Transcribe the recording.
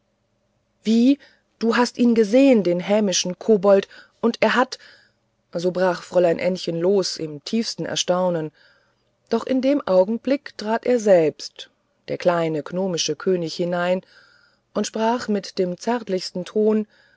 wie du hast ihn gesehen den hämischen kobold und er hat so brach fräulein ännchen los im tiefsten erstaunen doch in dem augenblick trat er selbst der kleine gnomische könig hinein und sprach mit dem zärtlichsten ton